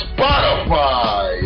Spotify